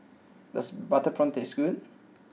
does Butter Prawns taste good